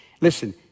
Listen